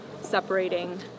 separating